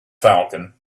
falcon